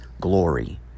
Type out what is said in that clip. glory